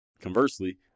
conversely